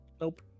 Nope